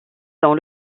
dans